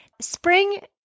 Spring